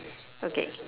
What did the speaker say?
okay